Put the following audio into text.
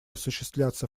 осуществляться